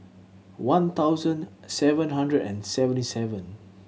one thousand seven hundred and seventy seven